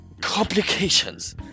complications